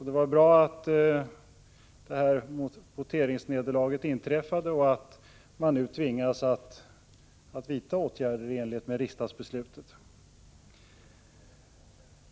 Det var alltså bra att voteringsnederlaget inträffade och att regeringen nu tvingas vidta åtgärder i enlighet med riksdagsbeslutet.